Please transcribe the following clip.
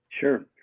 Sure